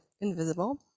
invisible